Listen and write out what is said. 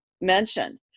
mentioned